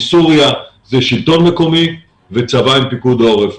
מסוריה וזה השלטון המקומי וצבא עם פיקוד העורף.